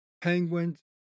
Penguins